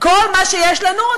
כל מה שיש לנו,